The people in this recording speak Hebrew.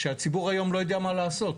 שהציבור היום לא יודע מה לעשות.